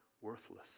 worthless